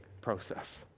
process